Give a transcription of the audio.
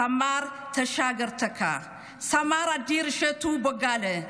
סמ"ר טשגר טקה, סמ"ר אדיר אישטו בוגלה,